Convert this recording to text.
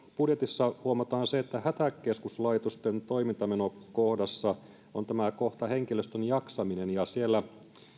budjetissa huomataan se että hätäkeskuslaitosten toimintamenot kohdassa on tämä kohta henkilöstön jaksamisesta ja siellä